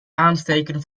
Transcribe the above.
aansteken